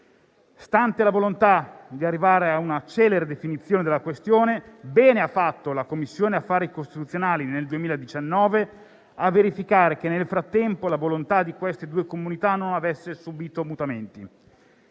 Stante la volontà di arrivare a una celere definizione della questione, bene ha fatto la Commissione affari costituzionali nel 2019 a verificare che nel frattempo la volontà di queste due comunità non avesse subito mutamenti.